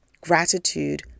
gratitude